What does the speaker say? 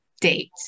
date